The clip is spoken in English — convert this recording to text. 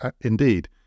indeed